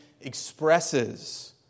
expresses